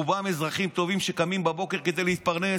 רובם אזרחים טובים שקמים בבוקר כדי להתפרנס,